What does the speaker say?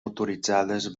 autoritzades